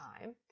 time